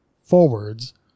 forwards